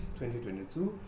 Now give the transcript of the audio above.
2022